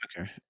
okay